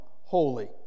holy